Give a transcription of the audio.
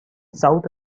south